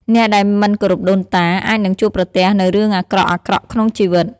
អ្នកដែលមិនគោរពដូនតា អាចនឹងជួបប្រទះនូវរឿងអាក្រក់ៗក្នុងជីវិត។